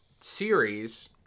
series